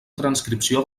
transcripció